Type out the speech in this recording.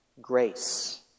Grace